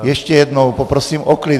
Ještě jednou poprosím o klid.